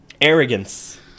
arrogance